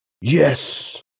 Yes